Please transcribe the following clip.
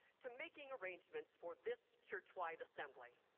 to making arrangements for this churchwide assembly.